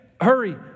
hurry